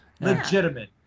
Legitimate